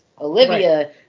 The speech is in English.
Olivia